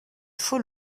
faut